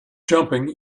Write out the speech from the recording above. jumping